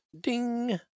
ding